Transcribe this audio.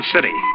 City